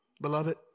Beloved